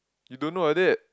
you don't know like that